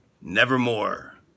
nevermore